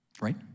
right